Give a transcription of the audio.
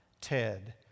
TED